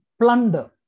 plunder